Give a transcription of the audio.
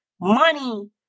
money